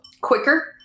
quicker